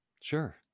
Sure